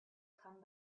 come